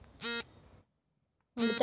ಉಳಿತಾಯ ಖಾತೆಯನ್ನು ತೆರೆಯುವ ಪ್ರಯೋಜನಗಳೇನು?